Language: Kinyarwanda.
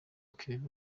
claver